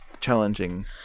challenging